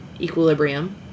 equilibrium